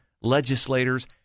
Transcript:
legislators